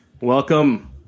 Welcome